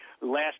Last